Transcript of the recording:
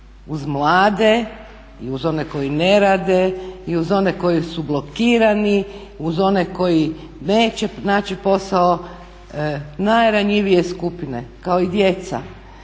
uz mlade, i uz one koji ne rade, i uz one koji su blokirani, uz one koji neće naći posao najranjivije skupine kao i djeca.